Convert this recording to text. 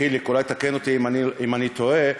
חיליק, אולי תקן אותי אם אני טועה.